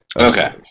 Okay